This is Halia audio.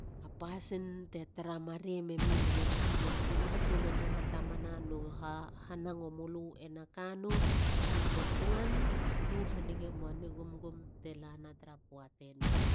Pasin te taramare memilu esi ne si. Gu hatsina. hatamana. no hanango mulu ena ka no balute tuan lu hanige mo nigumgum te lana tara poateni.